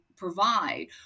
Provide